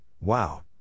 wow